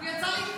הוא יצא להתפנות.